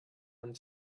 and